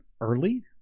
early